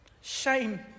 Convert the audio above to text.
shame